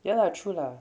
ya lah true lah